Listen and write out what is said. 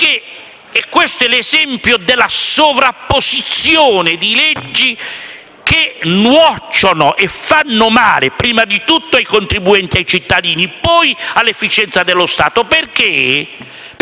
perché questo è l'esempio della sovrapposizione di leggi che nuocciono, prima di tutto ai contribuenti e ai cittadini e poi all'efficienza dello Stato. La banda